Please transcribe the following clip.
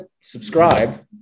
subscribe